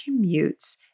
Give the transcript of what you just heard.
commutes